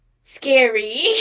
Scary